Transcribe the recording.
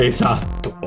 Esatto